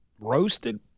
Roasted